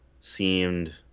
seemed